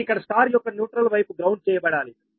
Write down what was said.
కాబట్టి ఇక్కడ స్టార్ యొక్క న్యూట్రల్ వైపు గ్రౌండ్ చేయబడాలి